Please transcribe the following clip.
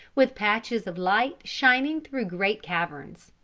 with patches of light shining through great caverns.